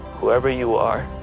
whoever you are,